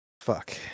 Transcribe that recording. fuck